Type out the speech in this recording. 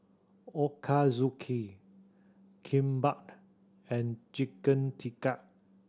Ochazuke Kimbap and Chicken Tikka